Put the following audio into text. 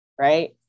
right